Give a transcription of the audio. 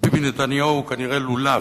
ביבי נתניהו הוא כנראה לולב,